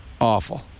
awful